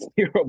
zero